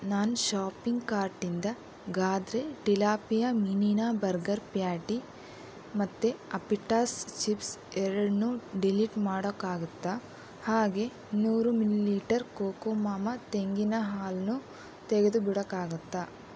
ನನ್ನ ಶಾಪಿಂಗ್ ಕಾರ್ಟಿಂದ ಗಾದ್ರೆ ಟಿಲಾಪಿಯ ಮೀನಿನ ಬರ್ಗರ್ ಪ್ಯಾಟಿ ಮತ್ತು ಅಪ್ಪಿಟಾಸ್ ಚಿಪ್ಸ್ ಎರಡನ್ನೂ ಡಿಲೀಟ್ ಮಾಡೊಕ್ಕಾಗುತ್ತಾ ಹಾಗೇ ನೂರು ಮಿಲಿ ಲೀಟರ್ ಕೋಕೋ ಮಾಮಾ ತೆಂಗಿನ ಹಾಲನ್ನೂ ತೆಗೆದುಬಿಡೋಕಾಗುತ್ತಾ